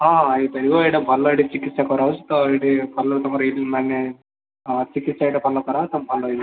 ହଁ ହେଇପାରିବ ଏଇଟା ଭଲ ଏଇଠି ଚିକିତ୍ସା କରାହେଉଛି ତ ଏଇଠି ଭଲ ତମର ମାନେ ହଁ ଚିକିତ୍ସା ଏଇଠି ଭଲ କରାହଉଛି ତୁମେ ଭଲ ହେଇଯିବ